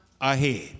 ahead